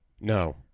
No